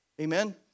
Amen